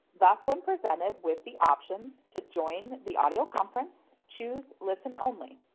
thus, when presented with the option to join the audio conference, choose listen only,